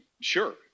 sure